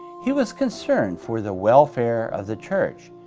he was concerned for the welfare of the church,